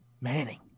Manning